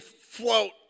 float